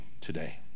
today